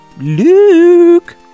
Luke